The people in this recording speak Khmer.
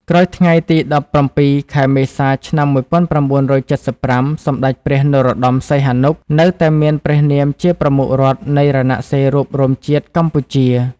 ក្រោយថ្ងៃទី១៧ ខែមេសា ឆ្នាំ១៩៧៥ សម្តេចព្រះ នរោត្តម សីហនុ នៅតែមានព្រះនាមជាប្រមុខរដ្ឋនៃរណសិរ្សរួបរួមជាតិកម្ពុជា។